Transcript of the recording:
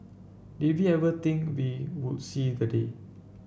did we ever think we would see the day